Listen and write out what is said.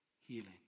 healing